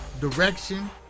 direction